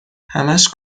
همش